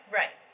right